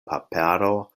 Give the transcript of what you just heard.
papero